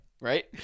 Right